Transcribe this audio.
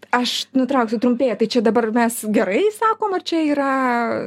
aš nutrauksiu trumpėja tai čia dabar mes gerai sakom ar čia yra